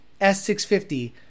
s650